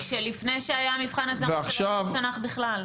כי לפני שהיה המבחן הזה אמרת שלא למדו תנ"ך בכלל.